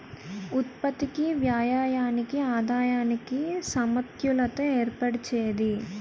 ఉత్పత్తికి వ్యయానికి ఆదాయానికి సమతుల్యత ఏర్పరిచేది